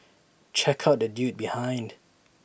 check out the dude behind